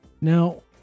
Now